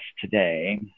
today